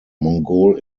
mongol